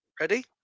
Ready